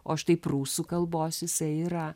o štai prūsų kalbos jisai yra